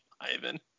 Ivan